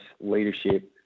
leadership